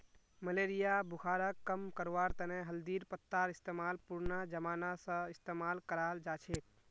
malaria बुखारक कम करवार तने हल्दीर पत्तार इस्तेमाल पुरना जमाना स इस्तेमाल कराल जाछेक